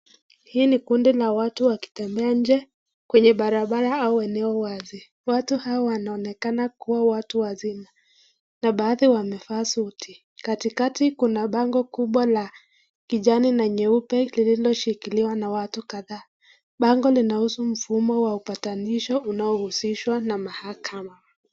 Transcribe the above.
Hii ni kundi la watu wakitembea nje kwenye barabara au eneo wazi. Watu hawa wanaonekana kuwa watu wazima na baadhi wamevaa suti. Katikati kuna bango kubwa la kijani na nyeupe lililoshikiliwa na watu kadhaa. Bango linahusu mfumo wa upatanisho unaohusishwa na mahakama.